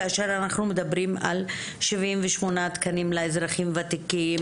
כאשר אנחנו מדברים על שבעים ושמונה תקנים לאזרחים ותיקים,